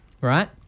right